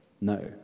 No